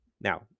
Now